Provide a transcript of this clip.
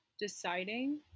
deciding